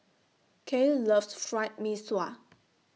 Cael loves Fried Mee Sua